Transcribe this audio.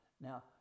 Now